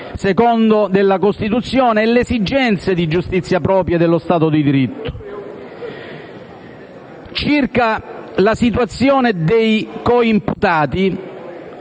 comma, della Costituzione - e le esigenze di giustizia proprie dello Stato di diritto. Circa la situazione dei coimputati,